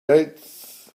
eighth